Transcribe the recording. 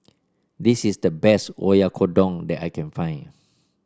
this is the best Oyakodon that I can find